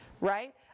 Right